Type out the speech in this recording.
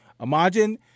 Imagine